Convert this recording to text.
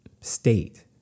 state